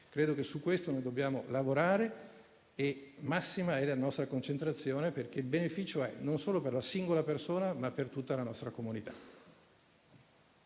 Penso che su questo dobbiamo lavorare e massima è la nostra concentrazione, perché il beneficio è non solo per la singola persona, ma per tutta la nostra comunità.